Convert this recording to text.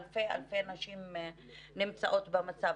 אלפי נשים נמצאות במצב הזה.